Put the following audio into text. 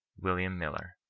william miller.